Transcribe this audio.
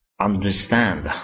understand